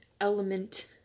element